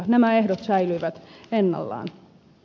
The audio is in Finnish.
nämä ehdot säilyvät ennallaan